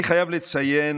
אני חייב לציין,